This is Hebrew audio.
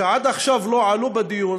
שעד עכשיו לא עלו בדיון,